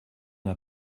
n’a